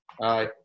Aye